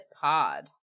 Pod